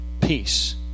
peace